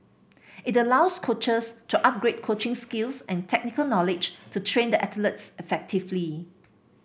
it allows coaches to upgrade coaching skills and technical knowledge to train the athletes effectively